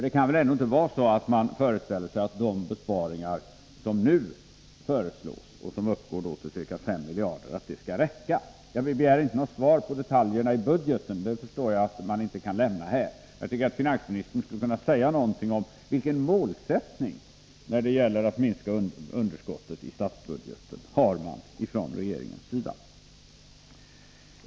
Det kan väl ändå inte vara så att man föreställer sig att de besparingar som nu föreslås och som uppgår till ca 5 miljarder kronor skall räcka? Jag begär inte något svar när det gäller detaljerna i budgeten. Jag förstår att man inte nu kan lämna sådana besked, men jag tycker att finansministern skulle kunna säga någonting om vilken målsättning regeringen har när det gäller att minska underskottet i statsbudgeten.